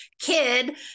kid